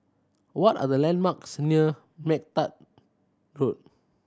what are the landmarks near MacTaggart Road